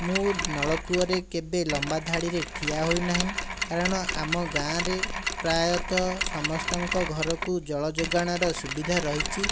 ମୁଁ ନଳକୂଅରେ କେବେ ଲମ୍ବା ଧାଡ଼ିରେ ଠିଆ ହୋଇନାହିଁ କାରଣ ଆମ ଗାଁରେ ପ୍ରାୟତଃ ସମସ୍ତଙ୍କ ଘରକୁ ଜଳ ଯୋଗାଣର ସୁବିଧା ରହିଛି